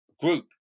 group